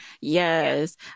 Yes